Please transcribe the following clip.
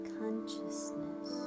consciousness